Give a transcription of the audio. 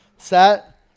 Set